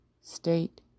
state